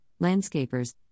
landscapers